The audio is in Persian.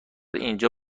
اینجا